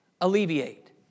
alleviate